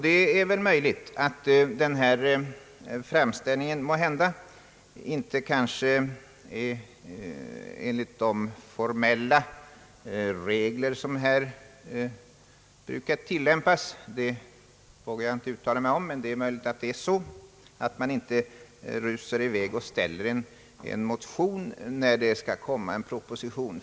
Det är möjligt att man enligt de formella regler som här brukar tillämpas inte bör rusa i väg och framställa en motion när det skall komma en proposition.